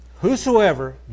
whosoever